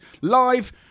live